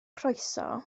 croeso